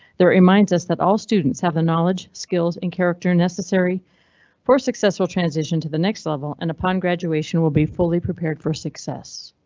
there reminds us that all students have the knowledge, skills and character necessary for successful transition to the next level. and upon graduation will be fully prepared for success.